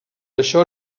això